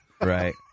Right